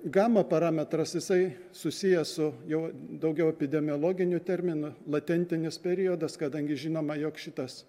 gama parametras jisai susijęs su jau daugiau epidemiologiniu terminu latentinis periodas kadangi žinoma jog šitas